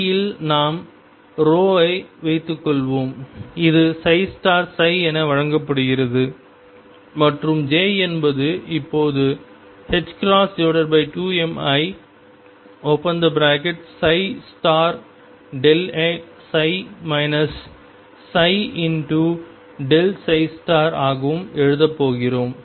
3D இல் நாம் ஐ வைத்துக்கொள்வோம் இது ψ என வழங்கப்படுகிறது மற்றும் j என்பது இப்போது 2miψ ψ ஆகவும் எழுதப் போகிறோம்